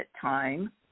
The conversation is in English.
time